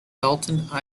dalton